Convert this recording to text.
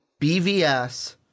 BVS